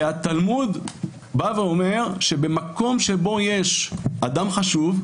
והתלמוד בא ואומר שבמקום שבו יש אדם חשוב,